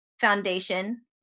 Foundation